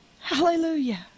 Hallelujah